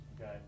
okay